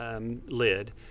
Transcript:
lid